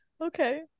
Okay